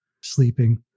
sleeping